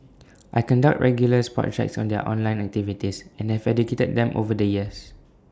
I conduct regular spot checks on their online activities and have educated them over the years